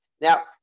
Now